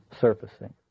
surfacing